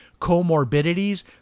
comorbidities